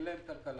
אין להם כלכלה.